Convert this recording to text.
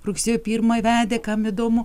rugsėjo pirmai vedė kam įdomu